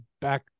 back